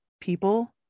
people